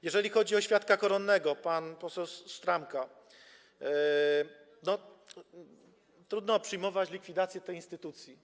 Jeżeli chodzi o świadka koronnego - pan poseł Szramka - to trudno przyjąć likwidację tej instytucji.